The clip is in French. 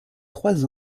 trois